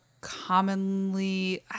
commonly